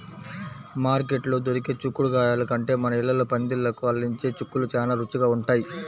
మార్కెట్లో దొరికే చిక్కుడుగాయల కంటే మన ఇళ్ళల్లో పందిళ్ళకు అల్లించే చిక్కుళ్ళు చానా రుచిగా ఉంటయ్